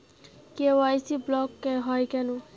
KYC block হয় কেনে?